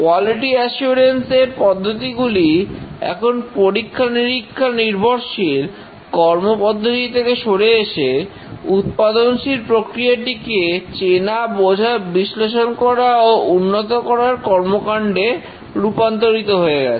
quality assurance এর পদ্ধতিগুলি এখন পরীক্ষা নিরীক্ষা নির্ভরশীল কর্মপদ্ধতি থেকে সরে এসে উৎপাদনশীল প্রক্রিয়াটিকে চেনা বোঝা বিশ্লেষণ করা ও উন্নত করার কর্মকাণ্ডে রূপান্তরিত হয়ে গেছে